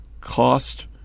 cost